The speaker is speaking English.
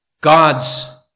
God's